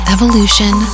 Evolution